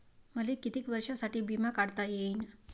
मले कितीक वर्षासाठी बिमा काढता येईन?